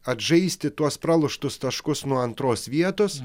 atžaisti tuos praloštus taškus nuo antros vietos